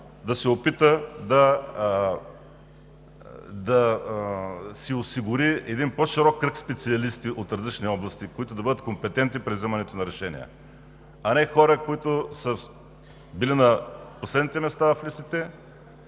да се опита да си осигури един по-широк кръг специалисти от различни области, които да бъдат компетентни при взимането на решения, а не хора, които са били на последните места в листите